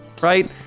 right